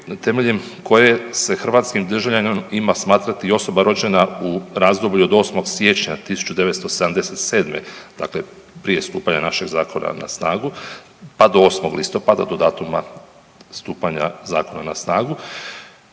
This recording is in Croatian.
temeljem koje se hrvatskim državljaninom ima smatrati osoba rođena u razdoblju od 8.1.1977., dakle prije stupanja našeg Zakona na snagu pa do 8. listopada, do datuma stupanja Zakona na snagu,